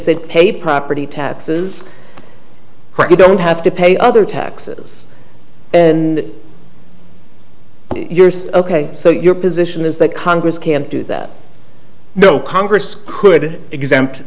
said pay property taxes you don't have to pay other taxes and yours ok so your position is that congress can't do that no congress could exempt